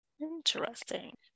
interesting